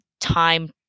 time